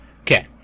Okay